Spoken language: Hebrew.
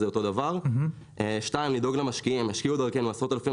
השקיעו דרכנו עשרות אלפי משקיעים וחוץ מחברות שהנפיקו או עושות אקזיט,